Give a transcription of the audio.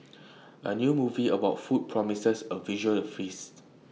A new movie about food promises A visual A feast